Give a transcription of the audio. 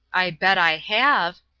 i bet i have!